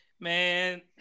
Man